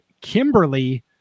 Kimberly